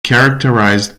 characterized